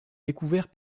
découvert